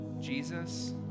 Jesus